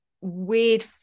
weird